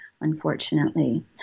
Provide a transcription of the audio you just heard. unfortunately